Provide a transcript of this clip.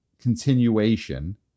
continuation